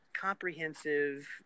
comprehensive